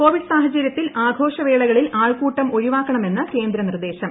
Covid സാഹചര്യത്തിൽ ആഘോഷ വേളകളിൽ ആൾക്കൂട്ടം ഒഴിവാക്കണമെന്ന് കേന്ദ്ര നിർദ്ദേശം